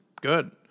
good